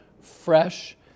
fresh